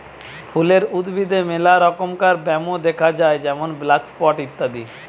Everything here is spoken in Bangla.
ফুলের উদ্ভিদে মেলা রমকার ব্যামো দ্যাখা যায় যেমন ব্ল্যাক স্পট ইত্যাদি